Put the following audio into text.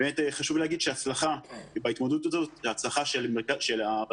חשוב להגיד שהצלחה בהתמודדות הזאת היא הצלחה של הרשויות